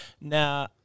Now